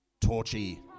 Torchy